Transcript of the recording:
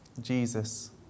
Jesus